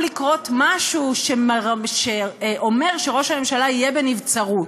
לקרות משהו שאומר שראש הממשלה יהיה בנבצרות.